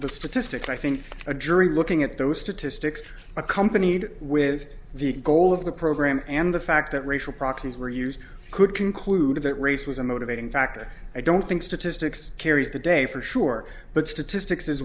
the statistics i think a jury looking at those statistics accompanied with the goal of the program and the fact that racial proxies were used could conclude that race was a motivating factor i don't think statistics carries the day for sure but statistics is